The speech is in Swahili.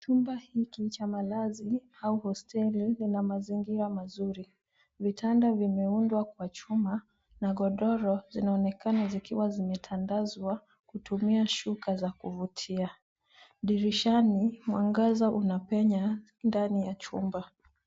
Chumba hiki cha malazi au hosteli lina mazingira mazuri . Vitanda vimeundwa kwa chuma na godoro zinaonekana zikiwa zimetandazwa kutumia shuka za kuvutia. Dirishani, mwangaza unapenya ndani ya chumba.